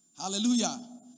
Hallelujah